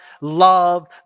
love